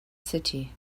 city